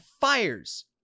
fires